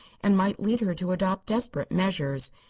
and might lead her to adopt desperate measures.